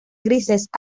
grises